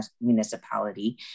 municipality